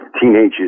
teenagers